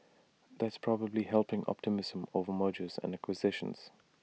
that's probably helping optimism over mergers and acquisitions